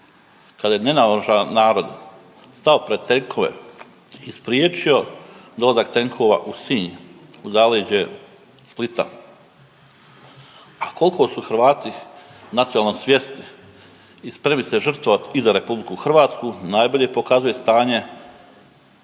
kada je nenaoružan narod stao pred tenkove i spriječio dolazak tenkova u Sinj u zaleđe Splita, a koliko su Hrvati nacionalno svjesni i spremni se žrtvovati i za RH, najbolje pokazuje stanje 1992.